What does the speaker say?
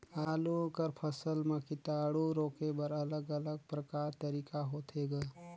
आलू कर फसल म कीटाणु रोके बर अलग अलग प्रकार तरीका होथे ग?